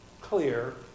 clear